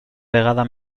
vegada